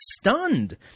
stunned